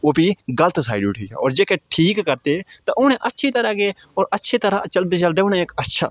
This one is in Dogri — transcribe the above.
ओह्बी गलत साइड उठी आ होर जेह्के ठीक करदे ते होना अच्छी तरहां गै होर अच्छी तरहा चलदे चलदे उ'नें इक अच्छा